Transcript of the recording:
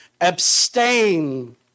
abstain